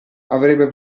avrebbe